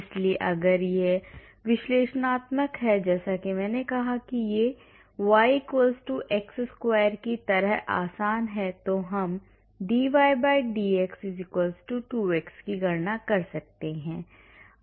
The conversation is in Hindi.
इसलिए अगर यह विश्लेषणात्मक है जैसा कि मैंने कहा कि यह yx square की तरह आसान है तो हम dy dx 2x की गणना कर सकते हैं